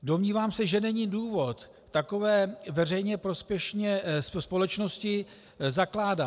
Domnívám se, že není důvod takové veřejně prospěšné společnosti zakládat.